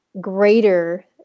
greater